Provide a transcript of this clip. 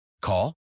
Call